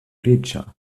riĉa